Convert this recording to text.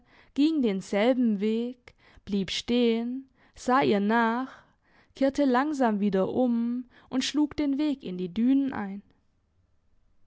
ging denselben weg blieb stehen sah ihr nach kehrte langsam wieder um und schlug den weg in die dünen ein